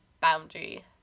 boundary